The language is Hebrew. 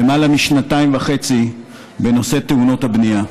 למעלה משנתיים וחצי בנושא תאונות הבנייה.